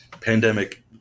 pandemic